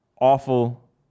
awful